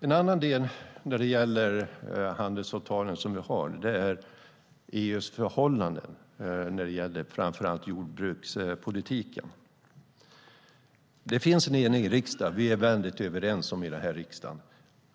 Något annat som rör våra handelsåtaganden är EU:s förhållanden när det gäller framför allt jordbrukspolitiken. Här finns det en enig riksdag. Vi är väldigt överens om